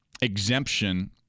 exemption